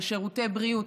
על שירותי בריאות,